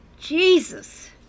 Jesus